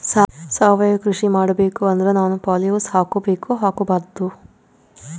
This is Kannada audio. ಸಾವಯವ ಕೃಷಿ ಮಾಡಬೇಕು ಅಂದ್ರ ನಾನು ಪಾಲಿಹೌಸ್ ಹಾಕೋಬೇಕೊ ಹಾಕ್ಕೋಬಾರ್ದು?